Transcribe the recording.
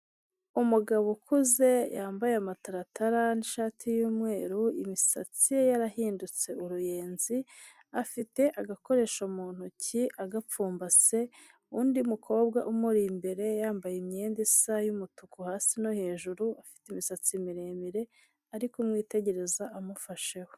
Umugabo ukuze yambaye amataratara n'ishati y'umweru, imisatsi ye yarahindutse uruyenzi afite agakoresho mu ntoki agapfumbase undi mukobwa umuri imbere yambaye imyenda isa umutuku hasi no hejuru, afite imisatsi miremire ari kumwitegereza amufasheho.